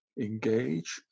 engage